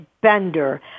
Bender